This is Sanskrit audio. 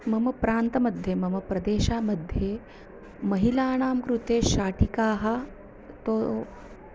मम प्रान्तमध्ये मम प्रदेशमध्ये महिलानां कृते शाटिकाः तु